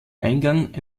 eingang